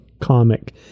comic